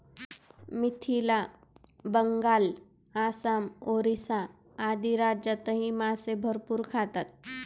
मिथिला, बंगाल, आसाम, ओरिसा आदी राज्यांतही मासे भरपूर खातात